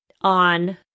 on